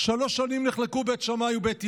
"שלוש שנים נחלקו בית שמאי ובית הלל.